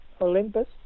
Olympus